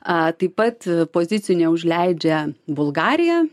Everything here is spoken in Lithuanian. a taip pat pozicijų neužleidžia bulgarija